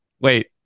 Wait